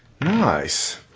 Nice